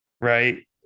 Right